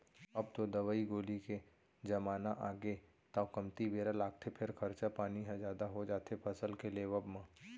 अब तो दवई गोली के जमाना आगे तौ कमती बेरा लागथे फेर खरचा पानी ह जादा हो जाथे फसल के लेवब म